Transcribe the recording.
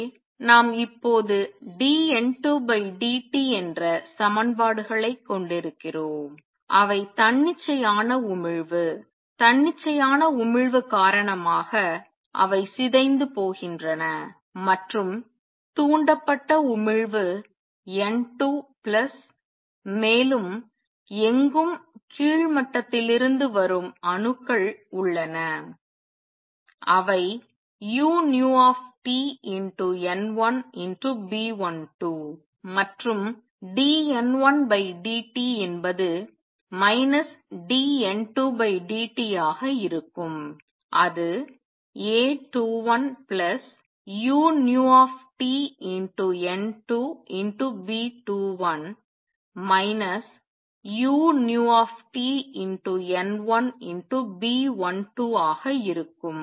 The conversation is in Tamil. எனவே நாம் இப்போது dN2dt என்ற சமன்பாடுகளைக் கொண்டிருக்கிறோம் அவை தன்னிச்சையான உமிழ்வு காரணமாக அவை சிதைந்து போகின்றன மற்றும் தூண்டப்பட்ட உமிழ்வு N2 பிளஸ் மேலும் எங்கும் கீழ் மட்டத்திலிருந்து வரும் அணுக்கள் உள்ளன அவை uTN1B12 மற்றும் dN1dt என்பது dN2dt ஆக இருக்கும் அது A21 uTN2B21 uTN1B12 ஆக இருக்கும்